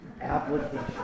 Application